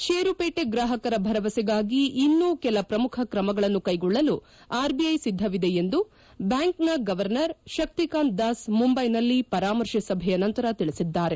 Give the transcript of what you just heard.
ಷೇರುಪೇಟೆ ಗ್ರಾಹಕರ ಭರವಸೆಗಾಗಿ ಇನ್ನೂ ಕೆಲ ಪ್ರಮುಖ ಕ್ರಮಗಳನ್ನು ಕೆಗೊಳ್ಳಲು ಆರ್ಬಿಐ ಸಿದ್ಧವಿದೆ ಎಂದು ಬ್ಬಾಂಕ್ನ ಗವರ್ನರ್ ಶಕ್ತಿಕಾಂತ್ ದಾಸ್ ಮುಂಬೈನಲ್ಲಿ ಪರಾಮರ್ಶೆ ಸಭೆಯ ನಂತರ ತಿಳಿಸಿದ್ದಾರೆ